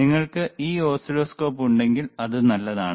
നിങ്ങൾക്ക് ഈ ഓസിലോസ്കോപ്പ് ഉണ്ടെങ്കിൽ അത് നല്ലതാണ്